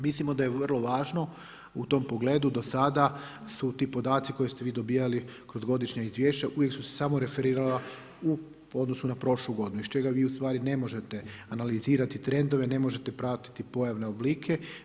Mislimo da je vrlo važno u tom pogledu do sada su ti podaci koje ste vi dobijali kroz godišnja izvješća uvijek su se samo referirala u odnosu na prošlu godinu iz čega vi ustvari ne možete analizirati trendove, ne možete pratiti pojavne oblike.